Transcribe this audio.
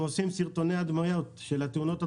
אנחנו עושים סרטוני הדמיות של תאונות הדרכים.